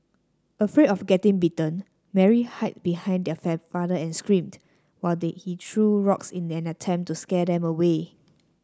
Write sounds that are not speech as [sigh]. afraid of getting bitten Mary hid behind her [unintelligible] father and screamed while they he threw rocks in an attempt to scare them away